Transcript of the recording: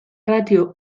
ratio